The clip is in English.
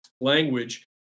language